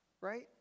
right